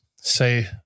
say